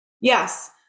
Yes